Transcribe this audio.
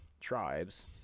tribes